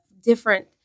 different